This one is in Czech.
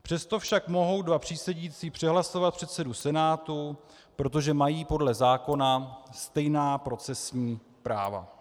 Přesto však mohou dva přísedící přehlasovat předsedu senátu, protože mají podle zákona stejná procesní práva.